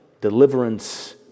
deliverance